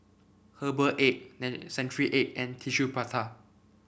Herbal Egg and Century Egg and Tissue Prata